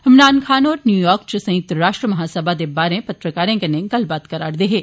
इमरान खान होर न्यूयार्क च संयुक्त राष्ट्र महासभा दे बाहरें पत्रकारें कन्नै गल्ल करा रदे हे